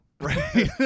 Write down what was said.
Right